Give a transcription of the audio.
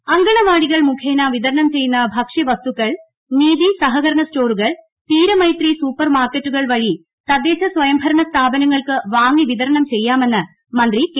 ശൈലജ അങ്കണവാടികൾ മുഖേന വിതരണം ചെയ്യുന്ന ഭക്ഷ്യ വസ്തുക്കൾ നീതി സഹകരണ സ്റ്റോറുകൾ തീരമൈത്രി സൂപ്പർ മാർക്കറ്റുകൾ വഴി തദ്ദേശ സ്വയംഭരണ സ്ഥാപങ്ങൾക്കു വാങ്ങി വിതരണം ചെയ്യാമെന്ന് മന്ത്രി കെ